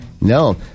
No